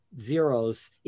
zeros